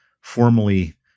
formally